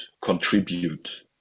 contribute